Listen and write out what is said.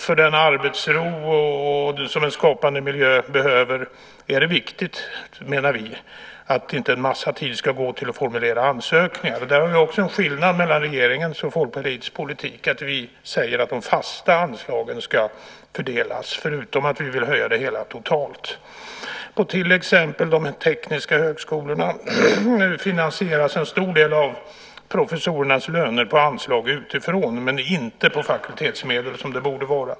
För den arbetsro som en skapande miljö behöver är det viktigt att inte en massa tid ska gå till att formulera ansökningar. Där finns det också en skillnad mellan regeringens och Folkpartiets politik. Förutom att vi vill höja det hela totalt säger vi också att de fasta anslagen ska fördelas. När det gäller de tekniska högskolorna finansieras en stor del av professorernas löner av anslag utifrån, inte av fakultetsmedel som det borde vara.